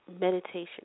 meditation